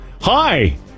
Hi